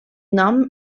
nom